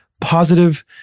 positive